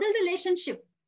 relationship